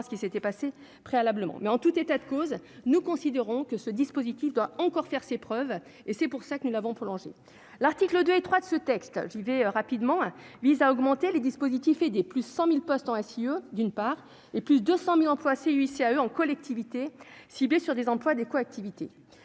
ce qui s'était passé préalablement mais en tout état de cause, nous considérons que ce dispositif doit encore faire ses preuves et c'est pour ça que nous l'avons prolongé l'article 2 et 3 de ce texte, vivez rapidement vise à augmenter les dispositifs et des plus 100000 postes en acier, eux, d'une part, et plus 200000 emplois c'est ici à eux en collectivité ciblée sur des emplois des collectivités,